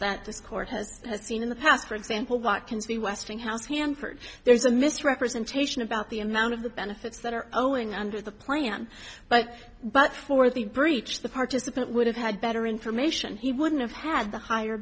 that this court has seen in the past for example what can be westinghouse hanford there is a misrepresentation about the amount of the benefits that are showing under the plan but but for the breach the participant would have had better information he wouldn't have had the higher